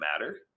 matter